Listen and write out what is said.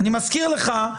אני מזכיר לך,